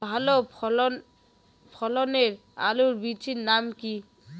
ভালো ফলনের আলুর বীজের নাম কি?